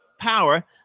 power